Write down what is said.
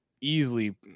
easily